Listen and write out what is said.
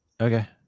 Okay